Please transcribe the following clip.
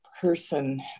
person